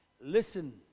Listen